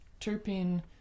terpene